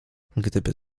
gdyby